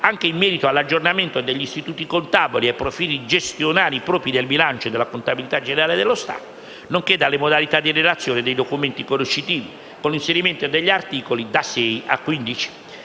anche in merito agli aggiornamenti degli istituti contabili e ai profili gestionali propri del bilancio e della contabilità generale dello Stato, nonché alle modalità di redazione dei documenti conoscitivi, con l'inserimento degli articoli da 6 a 15.